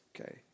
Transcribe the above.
Okay